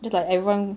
just like everyone